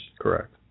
Correct